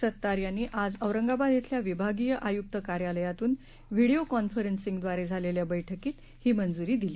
सत्तार यांनी आज औरंगाबाद इथल्या विभागीय आयुक्त कार्यालयातून व्हिडिओ कॉन्फरन्सिंगद्वारे झालेल्या बैठकीत ही मंजुरी दिली